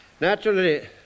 Naturally